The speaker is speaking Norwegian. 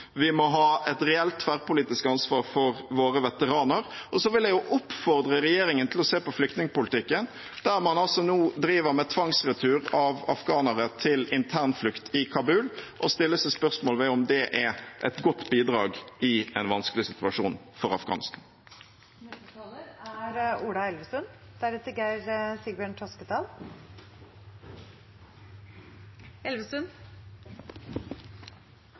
Vi må ha et reelt tverrpolitisk ansvar for våre veteraner. Og så vil jeg oppfordre regjeringen til å se på flyktningpolitikken, der man nå driver med tvangsretur av afghanere til internflukt i Kabul, og stille seg spørsmål om det er et godt bidrag i en vanskelig situasjon for Afghanistan.